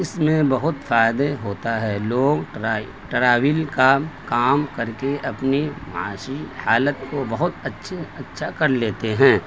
اس میں بہت فائدے ہوتا ہے لوگ ٹراویل کا کام کر کے اپنی معاشی حالت کو بہت اچھے اچھا کر لیتے ہیں